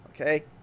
Okay